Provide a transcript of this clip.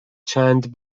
چند